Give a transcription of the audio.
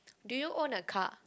do you own a car